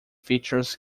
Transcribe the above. features